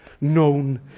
known